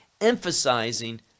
emphasizing